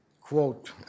quote